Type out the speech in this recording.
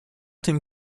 dem